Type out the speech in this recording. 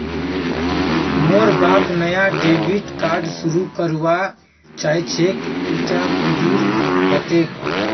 मोर बाप नाया डेबिट कार्ड शुरू करवा चाहछेक इटा कुंदीर हतेक